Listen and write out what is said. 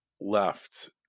left